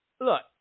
Look